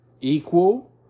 equal